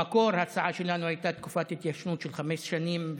במקור ההצעה שלנו הייתה תקופת התיישנות של חמש שנים,